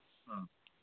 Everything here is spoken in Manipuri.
ꯑꯥ